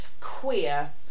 queer